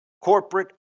corporate